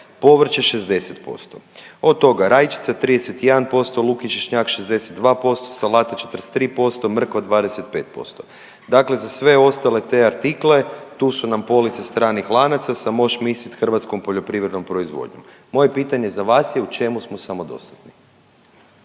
povrće 60% od toga rajčica 31%, luk i češnjak 62%, salate 43%, mrkva 25%. Dakle, za sve ostale te artikle tu su nam police stranih lanaca sa moš mislit hrvatskom poljoprivrednom proizvodnjom. Moje pitanje za vas je u čemu smo samodostatni?